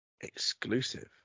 exclusive